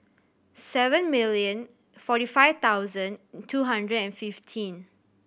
seven million forty five thousand two hundred and fifteen